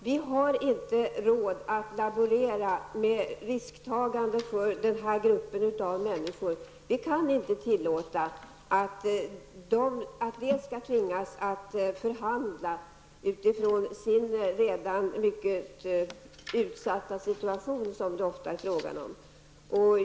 Vi har inte råd att laborera med risktagande för den här gruppen av människor. Vi kan inte tillåta att de skall tvingas förhandla utifrån den mycket utsatta situation som de ofta befinner sig i.